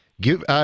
Give